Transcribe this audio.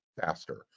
faster